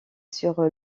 sur